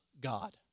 God